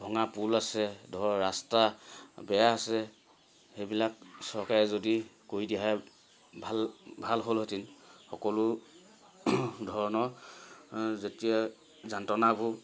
ভঙা পুল আছে ধৰ ৰাস্তা বেয়া আছে সেইবিলাক চৰকাৰে যদি কৰি দিয়ে ভাল ভাল হ'লহেঁতেন সকলো ধৰণৰ যেতিয়া যান্ত্ৰনাবোৰ